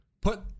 put